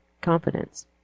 confidence